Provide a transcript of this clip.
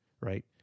right